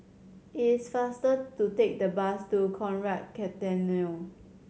it's faster to take the bus to Conrad Centennial